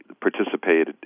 participated